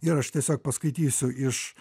ir aš tiesiog paskaitysiu iš